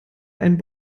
einen